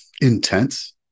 intense